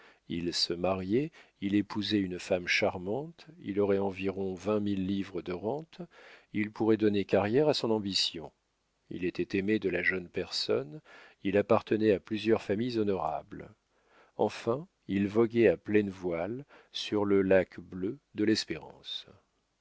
il se mariait il épousait une femme charmante il aurait environ vingt mille livres de rente il pourrait donner carrière à son ambition il était aimé de la jeune personne il appartenait à plusieurs familles honorables enfin il voguait à pleines voiles sur le lac bleu de l'espérance